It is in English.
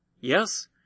Yes